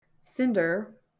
Cinder